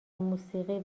موسیقی